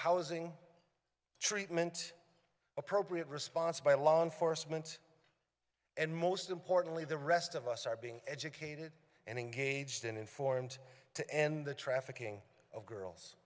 housing treatment appropriate response by law enforcement and most importantly the rest of us are being educated and engaged and informed to end the trafficking of girls